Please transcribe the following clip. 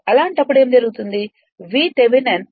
అలాంటప్పుడు ఏమి జరుగుతుంది V థెవెనిన్ V